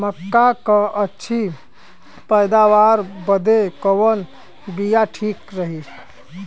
मक्का क अच्छी पैदावार बदे कवन बिया ठीक रही?